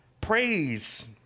Praise